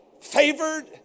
favored